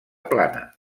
plana